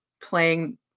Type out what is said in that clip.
playing